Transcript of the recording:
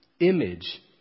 image